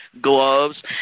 gloves